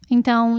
Então